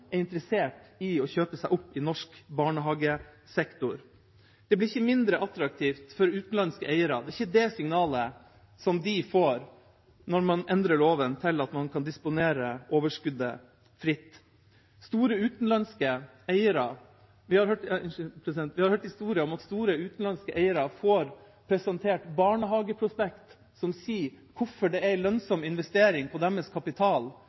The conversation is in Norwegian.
er interessert i å kjøpe seg opp i norsk barnehagesektor. Det blir ikke mindre attraktivt for utenlandske eiere. Det er ikke det signalet de får når man endrer loven til at man kan disponere overskuddet fritt. Vi har hørt historier om at store, utenlandske eiere får presentert barnehageprospekt som sier hvorfor det er en lønnsom investering av deres kapital